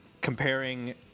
comparing